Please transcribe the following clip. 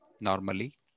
normally